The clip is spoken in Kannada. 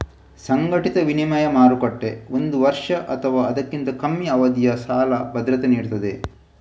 ಸಂಘಟಿತ ವಿನಿಮಯ ಮಾರುಕಟ್ಟೆ ಒಂದು ವರ್ಷ ಅಥವಾ ಅದಕ್ಕಿಂತ ಕಮ್ಮಿ ಅವಧಿಯ ಸಾಲ ಭದ್ರತೆ ನೀಡ್ತದೆ